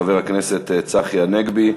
חבר הכנסת צחי הנגבי,